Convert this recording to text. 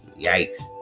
Yikes